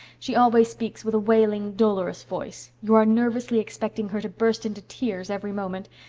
she always speaks with a wailing, dolorous voice you are nervously expecting her to burst into tears every moment.